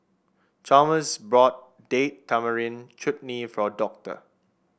Chalmers bought Date Tamarind Chutney for Doctor